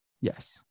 Yes